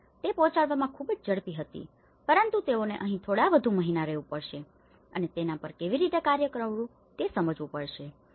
અલબત્ત તે પહોંચાડવામાં ખૂબ જ ઝડપી હતી પરંતુ તેઓને અહીં થોડા વધુ મહિના રહેવું પડશે અને તેના પર કેવી રીતે કાર્ય કરવું તે સમજવું જોઈએ